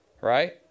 right